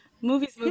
movies